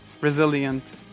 resilient